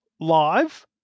Live